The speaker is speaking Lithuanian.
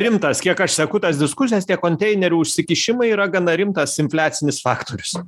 rimtas kiek aš seku tas diskusijas tie konteinerių išsikišimai yra gana rimtas infliacinis faktorius